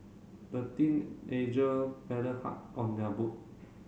the teenager paddled hard on their boat